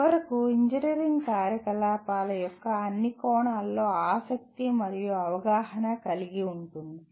చివరకు ఇంజనీరింగ్ కార్యకలాపాల యొక్క అన్ని కోణాల్లో ఆసక్తి మరియు అవగాహన కలిగి ఉంటుంది